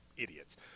idiots